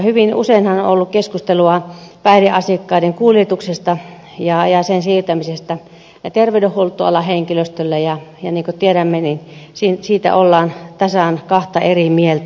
hyvin useinhan on ollut keskustelua päihdeasiakkaiden kuljetuksesta ja sen siirtämisestä terveydenhuoltoalan henkilöstölle ja niin kuin tiedämme niin siitä ollaan tasan kahta eri mieltä